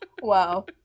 wow